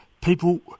people